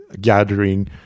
gathering